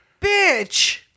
bitch